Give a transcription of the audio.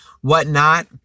whatnot